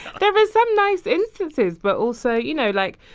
there was some nice instances. but also, you know, like,